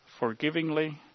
forgivingly